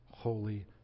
holy